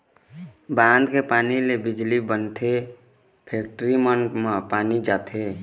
बांध के पानी ले बिजली बनथे, फेकटरी मन म पानी जाथे